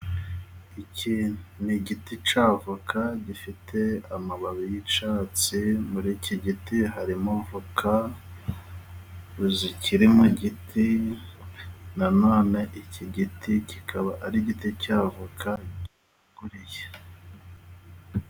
Iki ni igiti cya voka gifite amababi y'icyatsi, muri iki giti harimo voka zikiri mu giti, na none iki giti kikaba ari igiti cya voka gikoreye.